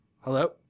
Hello